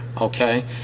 okay